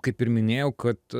kaip ir minėjau kad